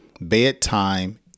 bedtime